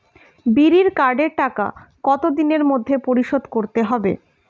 বিড়ির কার্ডের টাকা কত দিনের মধ্যে পরিশোধ করতে হবে?